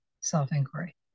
self-inquiry